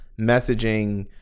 messaging